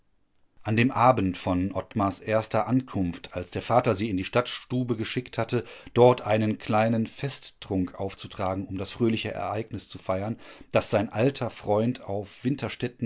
an dem abend von ottmars erster ankunft als der vater sie in die stadtstube geschickt hatte dort einen kleinen festtrunk aufzutragen um das fröhliche ereignis zu feiern daß sein alter freund auf